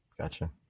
gotcha